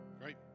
great